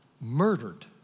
murdered